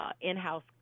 in-house